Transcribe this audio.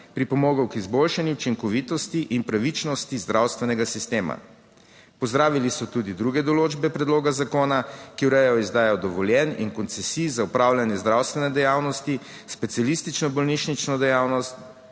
pripomogel k izboljšanju učinkovitosti in pravičnosti zdravstvenega sistema. Pozdravili so tudi druge določbe predloga zakona, ki urejajo izdajo dovoljenj in koncesij za opravljanje zdravstvene dejavnosti, specialistično bolnišnično dejavnost,